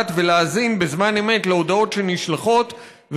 ולהאזין בזמן אמת להודעות שנשלחות,